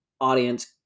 audience